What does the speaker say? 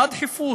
מה הדחיפות?